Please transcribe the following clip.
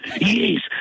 Yes